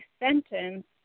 sentence